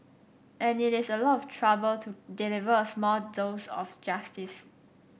and it is a lot of trouble to deliver a small dose of justice